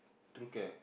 True Care